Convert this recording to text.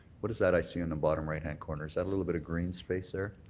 what is that i see in bottom right-hand corner, is that a little bit of green space there,